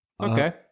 okay